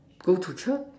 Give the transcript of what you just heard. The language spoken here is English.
go to Church